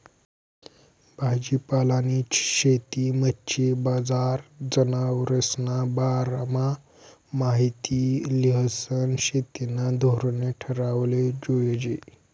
भाजीपालानी शेती, मच्छी बजार, जनावरेस्ना बारामा माहिती ल्हिसन शेतीना धोरणे ठरावाले जोयजे